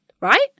right